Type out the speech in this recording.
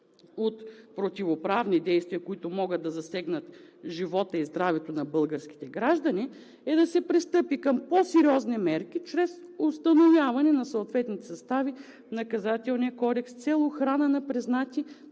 от противоправни действия, които могат да засегнат живота и здравето на българските граждани, е да се пристъпи към по-сериозни мерки чрез установяване на съответните състави в Наказателния кодекс с цел охрана на признати